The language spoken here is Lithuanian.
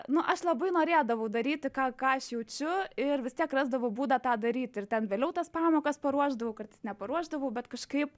nu aš labai norėdavau daryti ką ką aš jaučiu ir vis tiek rasdavau būdą tą daryt ir ten vėliau tas pamokas paruošdavau kartais neparuošdavau bet kažkaip